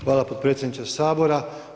Hvala potpredsjedniče Sabora.